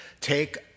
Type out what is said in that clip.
take